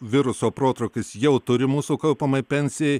viruso protrūkis jau turi mūsų kaupiamai pensijai